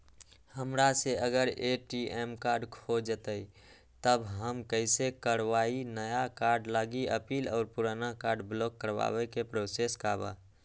हमरा से अगर ए.टी.एम कार्ड खो जतई तब हम कईसे करवाई नया कार्ड लागी अपील और पुराना कार्ड ब्लॉक करावे के प्रोसेस का बा?